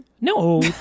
No